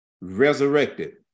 resurrected